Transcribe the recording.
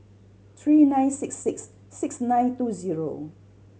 three nine six six six nine two zero